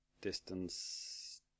Distance